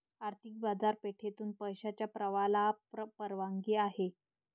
आर्थिक बाजारपेठेतून पैशाच्या प्रवाहाला परवानगी आहे